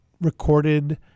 recorded